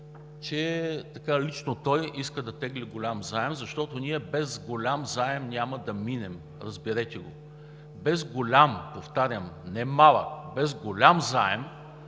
че лично той иска да тегли голям заем, защото ние без голям заем няма да минем, разберете го. Без голям, повтарям: не малък, без голям заем